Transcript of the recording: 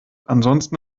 ansonsten